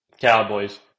Cowboys